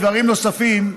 דברים נוספים,